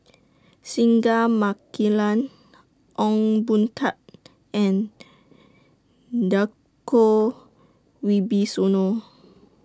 Singai Mukilan Ong Boon Tat and Djoko Wibisono